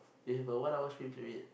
we have a one hour script to read